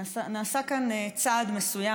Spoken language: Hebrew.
נעשה כאן צעד מסוים,